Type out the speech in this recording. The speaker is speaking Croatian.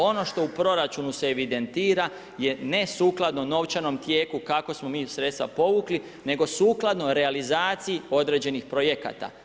Ono što u proračunu se evidentira je nesukladno novčanom tijeku kako smo mi sredstva povukli, nego sukladno realizaciji određenih projekata.